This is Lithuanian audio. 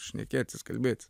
šnekėtis kalbėt